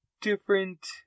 different